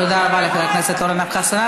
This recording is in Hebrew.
תודה רבה לחבר הכנסת אורן, מה יש לכם?